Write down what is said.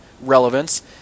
relevance